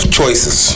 choices